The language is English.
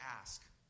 ask